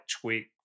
tweak